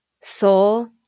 Soul